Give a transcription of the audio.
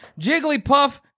Jigglypuff